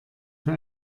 für